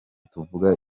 tuvuga